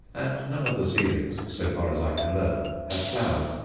and none of the seedlings, so far as i can learn, have flowered.